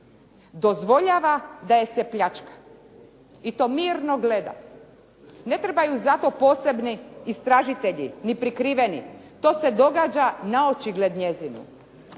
Dozvoljava da je se pljačka i to mirno gleda. Ne trebaju za to posebni istražitelji ni prikriveni, to se događa naočigled njezine.